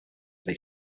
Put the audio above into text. they